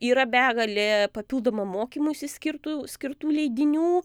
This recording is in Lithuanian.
yra begalė papildomo mokymuisi skirtų skirtų leidinių